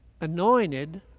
anointed